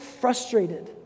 frustrated